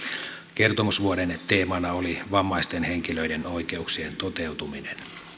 kertomusvuoden teemana oli vammaisten henkilöiden oikeuksien toteutuminen